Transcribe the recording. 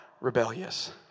rebellious